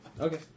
Okay